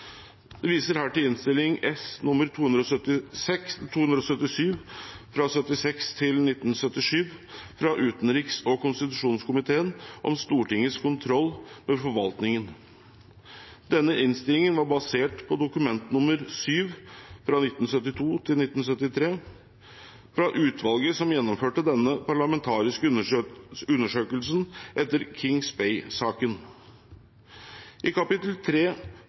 viser her til Innst. S. nr. 277 for 1976–1977 fra utenriks- og konstitusjonskomiteen om Stortingets kontroll med forvaltningen. Denne innstillingen var basert på Dok. nr. 7 for 1972–1973 fra utvalget som gjennomførte den parlamentariske undersøkelsen etter Kings Bay-saken. I komiteens merknader til kapittel